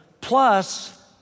plus